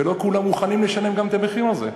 ולא כולם מוכנים גם לשלם גם את המחיר הזה.